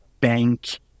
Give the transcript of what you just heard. bank